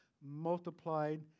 multiplied